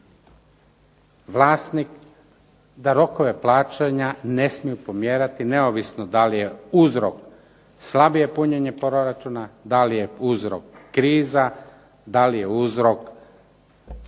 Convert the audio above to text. vlasnik da rokove plaćanja ne smiju pomjerati neovisno da li je uzrok slabije punjenje proračuna, da li je uzrok kriza, da li je uzrok